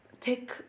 take